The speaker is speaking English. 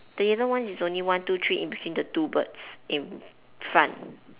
the yellow one is only one two three in between the two birds in front